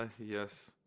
ah yes.